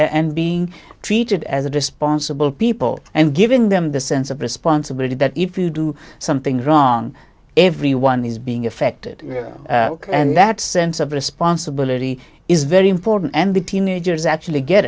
being treated as a to sponsor a bill people and giving them the sense of responsibility that if you do something wrong everyone is being affected and that sense of responsibility is very important and the teenagers actually get